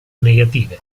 negative